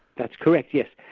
that's correct, yes.